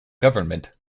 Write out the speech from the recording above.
government